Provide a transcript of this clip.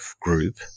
group